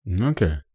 Okay